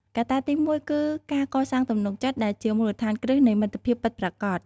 កត្តាទីមួយគឺការកសាងទំនុកចិត្តដែលជាមូលដ្ឋានគ្រឹះនៃមិត្តភាពពិតប្រាកដ។